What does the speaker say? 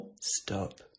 stop